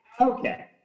Okay